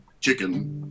chicken